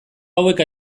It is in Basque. hauek